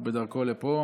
הוא בדרכו לפה.